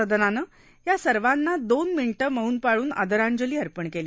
सदनानं या सर्वांना दोन मिनिटं मौन पाळून आदरांजली अर्पण केली